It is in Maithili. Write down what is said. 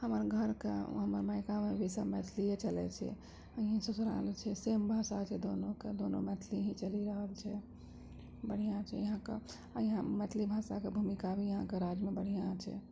हमर घरके हमर मायकामे भी सब मैथिलिये चलय छै यहीँ ससुराल छै सेम भाषा छै दोनोके दोनो मैथिली ही चलि रहल छै बढ़िआँ छै यहाँके आओर यहाँ मैथिली भाषाके भूमिका भी यहाँके राज्यमे बढ़िआँ छै